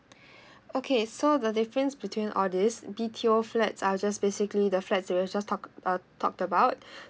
okay so the difference between all these B_T_O flats are just basically the flats that were just talk uh talk about